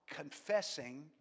confessing